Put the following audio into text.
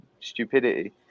stupidity